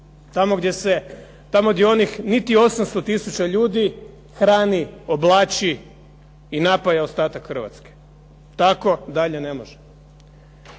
tamo gdje se, tamo gdje onih niti 800 tisuća ljudi hrani, oblači i napaja ostatak Hrvatske. Tako dalje ne može.